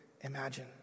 imagine